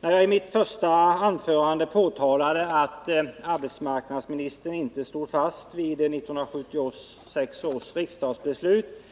När jag i mitt första anförande påtalade att arbetsmarknadsministern inte stod fast vid 1976 års riksdagsbeslut